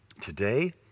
today